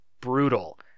brutal